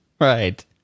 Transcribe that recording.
Right